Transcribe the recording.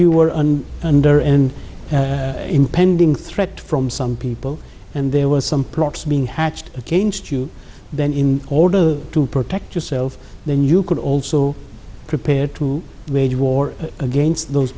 you were under an impending threat from some people and there was some progress being hatched against you then in order to protect yourself then you could also prepared to wage war against those